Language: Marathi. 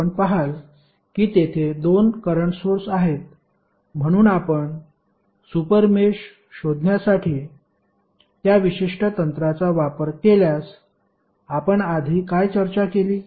आपण पहाल की तेथे दोन करंट सोर्स आहेत म्हणून आपण सुपर मेष शोधण्यासाठी त्या विशिष्ट तंत्राचा वापर केल्यास आपण आधी काय चर्चा केली